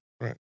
Right